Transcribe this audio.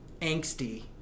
angsty